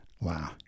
Wow